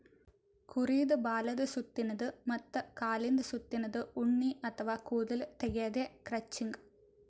ಕುರಿದ್ ಬಾಲದ್ ಸುತ್ತಿನ್ದ ಮತ್ತ್ ಕಾಲಿಂದ್ ಸುತ್ತಿನ್ದ ಉಣ್ಣಿ ಅಥವಾ ಕೂದಲ್ ತೆಗ್ಯದೆ ಕ್ರಚಿಂಗ್